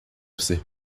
ser